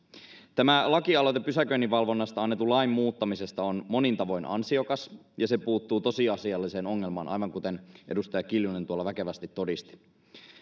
tämä lakialoite pysäköinninvalvonnasta annetun lain muuttamisesta on monin tavoin ansiokas ja se puuttuu tosiasialliseen ongelmaan aivan kuten edustaja kiljunen tuolla väkevästi todisti